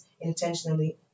intentionally